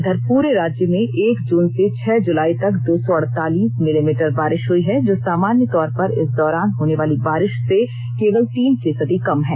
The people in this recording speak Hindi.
इधर पुरे राज्य में एक जून से छह जुलाई तक दो सौ अड़तालीस मिमी बारिश हुई है जो सामान्य तौर पर इस दौरान होने वाली बारिश से केवल तीन फीसदी कम है